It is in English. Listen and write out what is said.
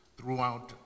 throughout